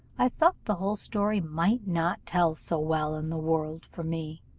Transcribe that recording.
i thought the whole story might not tell so well in the world for me,